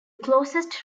closest